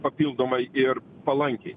papildomai ir palankiai